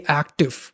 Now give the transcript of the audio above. active